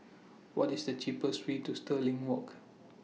What IS The cheapest Way to Stirling Walk